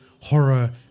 horror